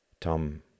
Tom